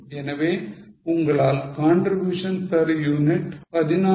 எனவே உங்களால் contribution per unit 16